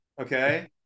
okay